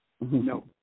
No